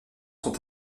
sont